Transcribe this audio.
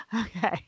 Okay